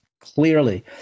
clearly